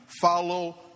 follow